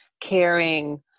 caring